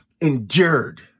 endured